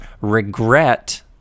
regret